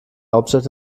hauptstadt